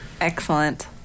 Excellent